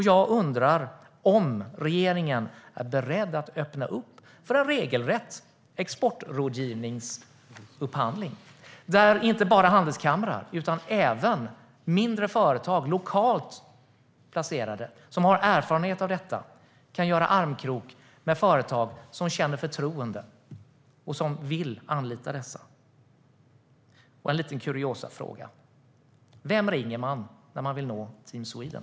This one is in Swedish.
Jag undrar om regeringen är beredd att öppna upp för en regelrätt exportrådgivningsupphandling där inte bara handelskamrar utan även mindre företag, lokalt placerade som har erfarenhet av detta, kan göra armkrok med företag som känner förtroende och som vill anlita dessa. Och en liten kuriosafråga: Vem ringer man när man vill nå Team Sweden?